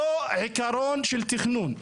אותו עיקרון של תכנון,